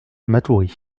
matoury